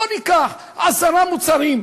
בוא ניקח עשרה מוצרים,